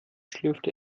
schlürfte